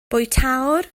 bwytäwr